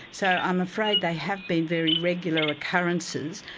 so i'm afraid they have been very regular occurrences,